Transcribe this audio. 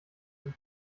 sich